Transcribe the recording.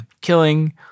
killing